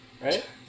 right